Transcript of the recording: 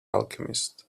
alchemist